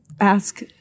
ask